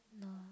no